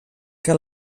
que